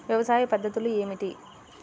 వ్యవసాయ పద్ధతులు ఏమిటి?